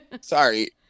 Sorry